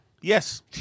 Yes